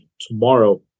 tomorrow